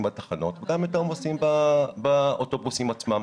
בתחנות וגם את העומסים באוטובוסים עצמם.